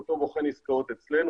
לאותו בוחן עסקאות אצלנו,